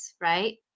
right